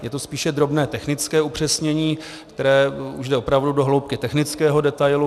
Je to spíše drobné technické upřesnění, které už jde opravdu do hloubky technického detailu.